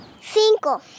Cinco